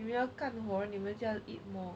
你们要干活你们要 eat more